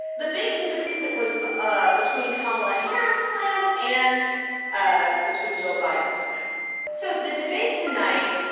the big disagreement was ah between kamala harris' plan and ah between joe biden's plan so the debate tonight,